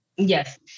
Yes